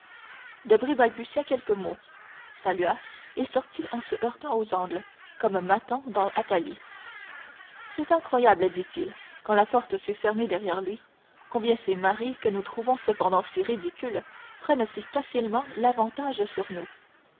balbutia quelques mots salua et sortit en se heurtant aux angles comme nathan dans athalie c'est incroyable dit-il quand la porte fut fermée derrière lui combien ces maris que nous trouvons cependant si ridicules prennent facilement l'avantage sur nous